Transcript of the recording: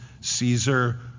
Caesar